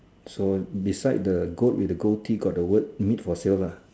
so beside the goat with the goatee got the word meat for sale lah